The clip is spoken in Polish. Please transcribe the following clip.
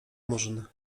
murzyn